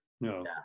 no